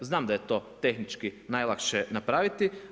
Znam da je to tehnički najlakše napraviti.